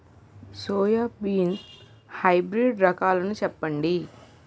Soybean hybrid రకాలను చెప్పండి?